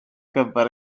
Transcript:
gyfer